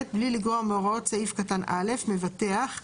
(ב) בלי לגרוע מהוראות סעיף קטן (א) מבטח - (1)